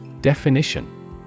Definition